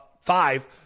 five